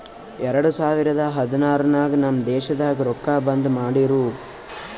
ಎರಡು ಸಾವಿರದ ಹದ್ನಾರ್ ನಾಗ್ ನಮ್ ದೇಶನಾಗ್ ರೊಕ್ಕಾ ಬಂದ್ ಮಾಡಿರೂ